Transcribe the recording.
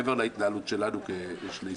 מעבר להתנהלות שלנו כשתי סיעות.